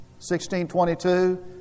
1622